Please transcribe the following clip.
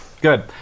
Good